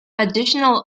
additional